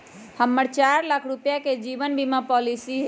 हम्मर चार लाख रुपीया के जीवन बीमा पॉलिसी हई